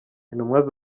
intumwa